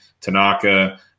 Tanaka